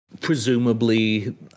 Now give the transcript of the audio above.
Presumably